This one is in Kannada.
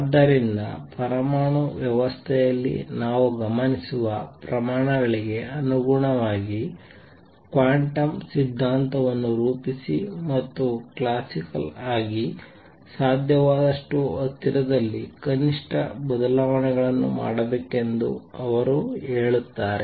ಆದ್ದರಿಂದ ಪರಮಾಣು ವ್ಯವಸ್ಥೆಯಲ್ಲಿ ನಾವು ಗಮನಿಸುವ ಪ್ರಮಾಣಗಳಿಗೆ ಅನುಗುಣವಾಗಿ ಕ್ವಾಂಟಮ್ ಸಿದ್ಧಾಂತವನ್ನು ರೂಪಿಸಿ ಮತ್ತು ಕ್ಲಾಸಿಕಲ್ ಆಗಿ ಸಾಧ್ಯವಾದಷ್ಟು ಹತ್ತಿರದಲ್ಲಿ ಕನಿಷ್ಠ ಬದಲಾವಣೆಗಳನ್ನು ಮಾಡಬೇಕೆಂದು ಅವರು ಹೇಳುತ್ತಾರೆ